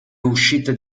uscita